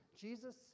Jesus